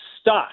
stuck